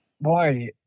boy